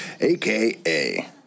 aka